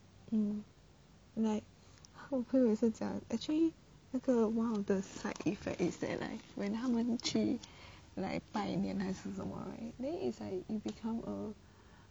um like 我朋友也是讲 actually 那个 one of the side effect is that like when 他们去 like 拜年还是什么 right why then is like you become a